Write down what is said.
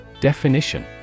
Definition